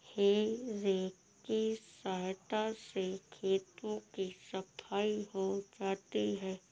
हेइ रेक की सहायता से खेतों की सफाई हो जाती है